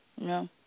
No